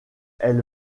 elle